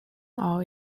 all